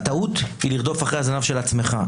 הטעות היא לרדוף אחרי הזנב של עצמך.